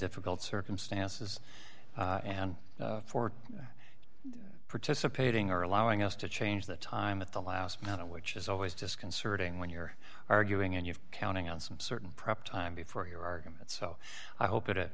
difficult circumstances and for participating or allowing us to change the time at the last minute which is always disconcerting when you're arguing and you're counting on some certain prep time before your argument so i hope it